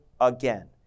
again